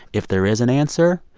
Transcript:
if there is an answer,